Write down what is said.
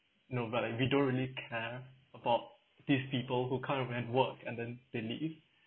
know like we don't really care about these people who come here and work and then they leave